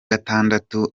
gatandatu